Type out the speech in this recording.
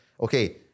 okay